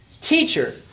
Teacher